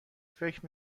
فکر